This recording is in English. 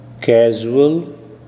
casual